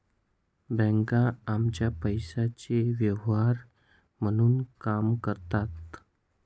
बँका आमच्या पैशाचे व्यवहार म्हणून काम करतात